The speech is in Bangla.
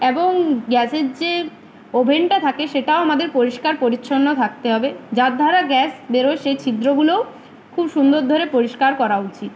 এবং গ্যাসের যে ওভেনটা থাকে সেটাও আমাদের পরিষ্কার পরিচ্ছন্ন থাকতে হবে যার দ্বারা গ্যাস বেরো সেই ছিদ্রগুলোও খুব সুন্দর ধরে পরিষ্কার করা উচিত